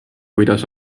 kuidas